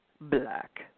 black